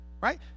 Right